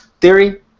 Theory